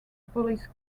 police